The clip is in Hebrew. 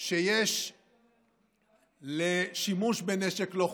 שיש לשימוש בנשק לא חוקי,